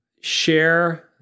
Share